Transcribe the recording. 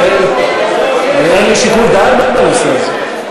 אין לי שיקול דעת בנושא הזה.